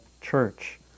church